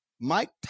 Mike